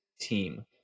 team